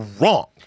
wrong